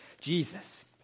Jesus